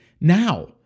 now